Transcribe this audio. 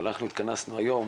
אבל אנחנו התכנסנו היום